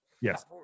Yes